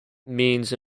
means